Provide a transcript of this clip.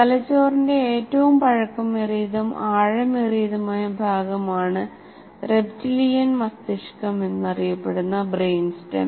തലച്ചോറിന്റെ ഏറ്റവും പഴക്കമേറിയതും ആഴമേറിയതുമായ ഭാഗമാണ് റെപ്റ്റിലിയാൻ മസ്തിഷ്കം എന്നും അറിയപ്പെടുന്ന ബ്രെയിൻസ്റ്റം